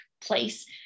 place